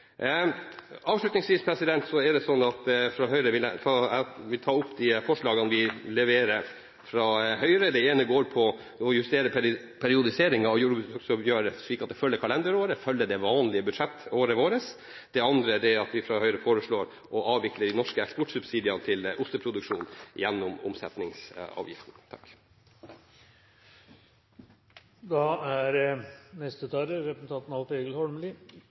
Avslutningsvis vil jeg ta opp de forslagene vi leverer fra Høyre. Det ene går på å justere periodiseringen av jordbruksoppgjøret slik at det følger kalenderåret, følger det vanlige budsjettåret. Det andre er at vi fra Høyre foreslår å avvikle de norske eksportsubsidiene til osteproduksjonen gjennom omsetningsavgiften. Representanten Frank Bakke-Jensen har tatt opp de forslagene han refererte til. Jordbruksforhandlingane og hovudavtalen for jordbruket er